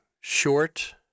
short